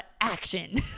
action